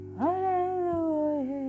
hallelujah